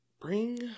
Bring